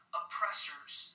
oppressors